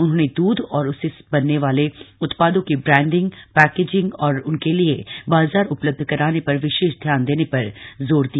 उन्होंने दूध और उससे बनने वाले उत्पादों की ब्रान्डिंग पैकेजिंग और उनके लिए बाजार उपलब्ध कराने पर विशेष ध्यान देने पर जोर दिया